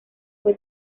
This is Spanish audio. fue